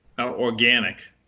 organic